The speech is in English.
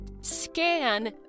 scan